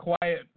quiet